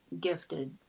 gifted